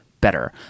better